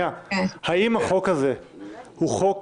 האם החוק הזה הוא חוק